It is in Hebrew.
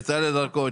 יצא לדרכו,